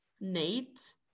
nate